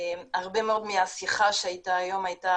הרבה מאוד מהשיחה שהייתה היום הייתה